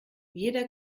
jeder